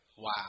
Wow